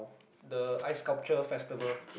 the ice sculpture festival